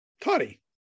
Toddy